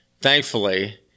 thankfully